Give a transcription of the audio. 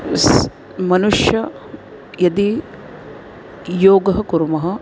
मनुष्यः यदि योगः कुर्मः